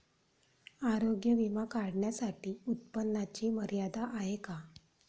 आरोग्य विमा काढण्यासाठी उत्पन्नाची मर्यादा आहे का?